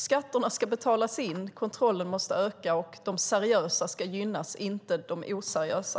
Skatterna ska betalas in, kontrollen måste öka och de seriösa ska gynnas, inte de oseriösa.